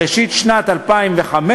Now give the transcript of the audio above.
בראשית שנת 2015,